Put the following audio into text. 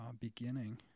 beginning